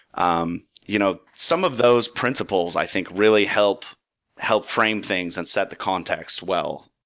um you know some of those principles, i think, really help help frame things and set the context well.